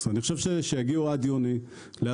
אני חושב שכדאי שעד יוני הם יגיעו